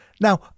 Now